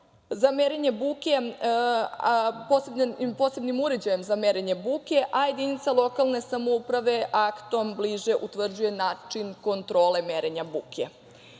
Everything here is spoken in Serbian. milicionar posebnim uređajem za merenje buke, a jedinica lokalne samouprave aktom bliže utvrđuje način kontrole merenja